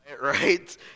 right